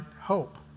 hope